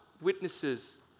Witnesses